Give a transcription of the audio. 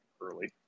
early